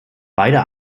beide